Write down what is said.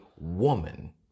woman